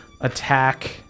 attack